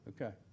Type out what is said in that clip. Okay